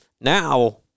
Now